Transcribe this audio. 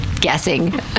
guessing